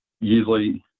usually